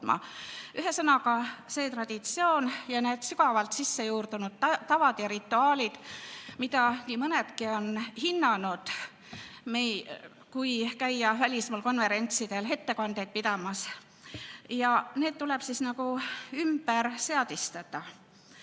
Ühesõnaga, see traditsioon ja need sügavalt sissejuurdunud tavad ja rituaalid, mida nii mõnedki on hinnanud, kui käia välismaal konverentsidel ettekandeid pidamas, tuleb ümber seadistada.